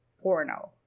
porno